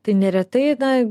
tai neretai na